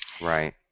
Right